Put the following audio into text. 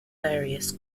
various